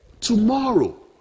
tomorrow